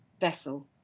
vessel